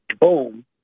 Boom